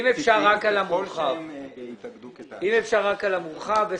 אם אפשר, רק על המורחב.